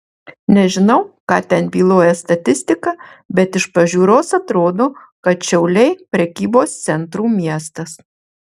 nežinau ką ten byloja statistika bet iš pažiūros atrodo kad šiauliai prekybos centrų miestas